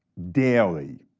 daily.